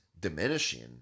diminishing